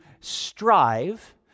strive